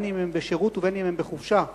בין אם הם בשירות ובין אם הם בחופשה מהצבא,